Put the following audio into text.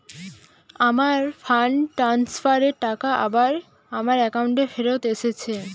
আমার fund transfer এর টাকা আবার আমার একাউন্টে ফেরত এসেছে